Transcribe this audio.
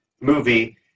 movie